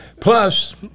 Plus